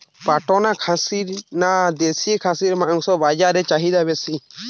পাটনা খাসি না দেশী খাসির মাংস বাজারে চাহিদা বেশি?